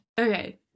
Okay